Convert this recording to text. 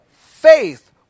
faith